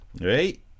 Right